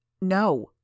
No